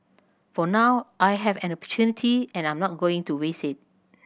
for now I have an opportunity and I'm not going to waste it